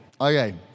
Okay